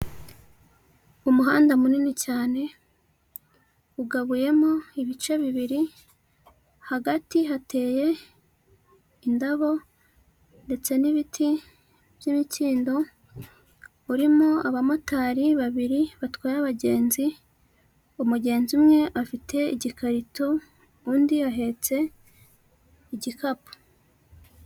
Umuhanda munini cyane ugabuyemo ibice bibiri, hagati hateye indabo ndetse n'ibiti by'imikindo, urimo abamotari babiri batwaye abagenzi, umugenzi umwe afite igikarito, undi ahetse igikapu.